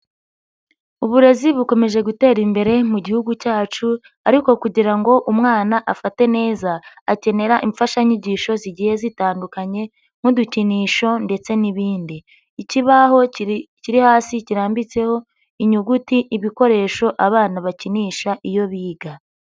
Uburezi bukomeje gutera imbere mu gihugu cyacu ariko kugira ngo umwana afate neza, akenera imfashanyigisho zigiye zitandukanye nk'udukinisho ndetse n'ibindi. Ikibaho kiri hasi kirambitseho inyuguti, ibikoresho abana bakinisha iyo biga.